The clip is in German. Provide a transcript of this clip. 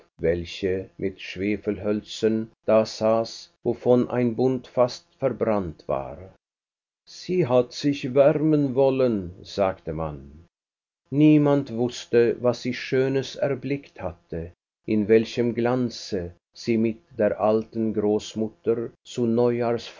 welche mit schwefelhölzern da saß wovon ein bund fast verbrannt war sie hat sich wärmen wollen sagte man niemand wußte was sie schönes erblickt hatte in welchem glanze sie mit der alten großmutter zur